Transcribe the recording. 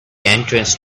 entrance